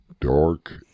dark